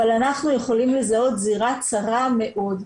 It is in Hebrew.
אבל אנחנו יכולים לזהות זירה צרה מאוד,